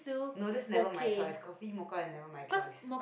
no this never my choice coffee mocha is never my choice